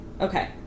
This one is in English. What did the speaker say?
Okay